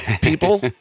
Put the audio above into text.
people